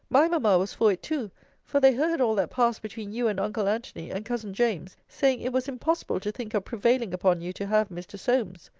my mamma was for it too for they heard all that passed between you and uncle antony, and cousin james saying, it was impossible to think of prevailing upon you to have mr. solmes.